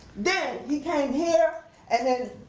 then he came here and then,